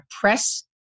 press